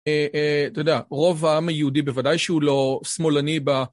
אתה יודע, רוב העם היהודי בוודאי שהוא לא שמאלני ב...